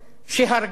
שהרגה,